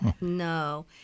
No